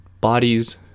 bodies